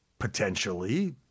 potentially